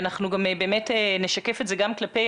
אנחנו גם באמת נשקף את זה גם כלפי